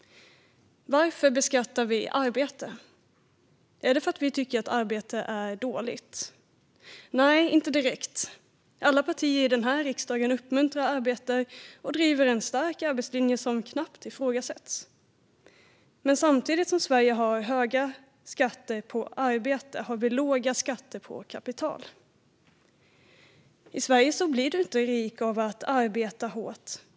Varför beskattar vi arbete? Är det för att vi tycker att arbete är dåligt? Nej, inte direkt. Alla partier i den här riksdagen uppmuntrar arbete och driver en stark arbetslinje som knappt ifrågasätts. Men samtidigt som Sverige har höga skatter på arbete har vi låga skatter på kapital. I Sverige blir du inte rik av att arbeta hårt.